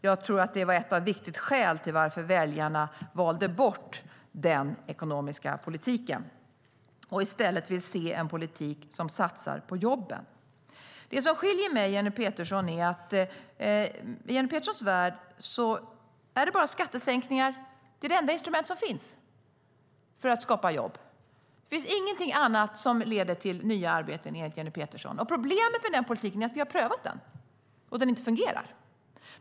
Jag tror att det var ett viktigt skäl till att väljarna valde bort den politiken och i stället vill se en politik som satsar på jobben. Det som skiljer mig och Jenny Petersson åt är att i Jenny Peterssons värld är skattesänkningar det enda instrument som finns för att skapa jobb. Det finns ingenting annat som leder till nya arbeten, enligt Jenny Petersson. Problemet med den politiken är att vi har prövat den, och den fungerar inte.